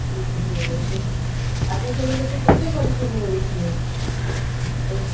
ଏଇସବୁ ଇଏରେ ଆଗକାଳ ଲୋକ କେତେ ପରିଶ୍ରମ କରୁଥିଲେ